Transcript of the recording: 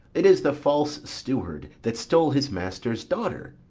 it is the false steward, that stole his master's daughter.